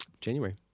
January